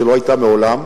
שלא היתה מעולם,